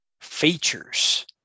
features